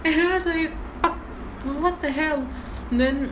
I was like fuck what the hell then